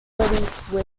within